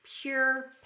pure